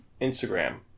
Instagram